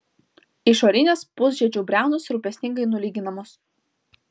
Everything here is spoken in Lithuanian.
išorinės pusžiedžių briaunos rūpestingai nulyginamos